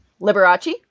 Liberace